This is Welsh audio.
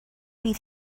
bydd